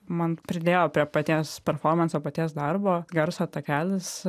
man pridėjo prie paties performanso paties darbo garso takelis